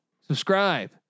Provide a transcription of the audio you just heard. subscribe